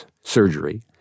surgery